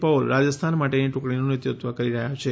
Paul Rajasthan માટેની ટુકડીનું નેતૃત્વ કરી રહ્યા છે